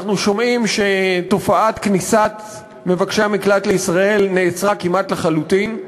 אנחנו שומעים שתופעת כניסת מבקשי המקלט לישראל נעצרה כמעט לחלוטין.